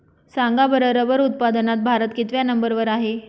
सांगा बरं रबर उत्पादनात भारत कितव्या नंबर वर आहे?